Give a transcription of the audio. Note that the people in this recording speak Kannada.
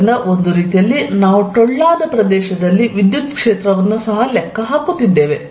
ಆದ್ದರಿಂದ ಒಂದು ರೀತಿಯಲ್ಲಿ ನಾವು ಟೊಳ್ಳಾದ ಪ್ರದೇಶದಲ್ಲಿ ವಿದ್ಯುತ್ ಕ್ಷೇತ್ರವನ್ನು ಸಹ ಲೆಕ್ಕ ಹಾಕುತ್ತಿದ್ದೇವೆ